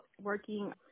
working